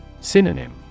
Synonym